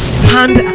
sand